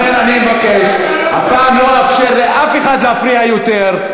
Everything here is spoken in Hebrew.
לכן אני מבקש, לא אאפשר לאף אחד להפריע יותר.